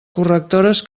correctores